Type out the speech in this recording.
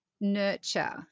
nurture